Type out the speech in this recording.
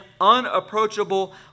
unapproachable